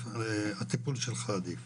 הטיפול שלך עדיף.